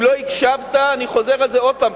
אם לא הקשבת, אני חוזר על זה עוד פעם.